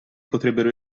potrebbero